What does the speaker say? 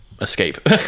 escape